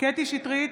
קטי קטרין שטרית,